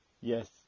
Yes